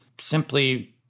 simply